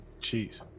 jeez